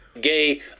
gay